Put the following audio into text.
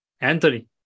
Anthony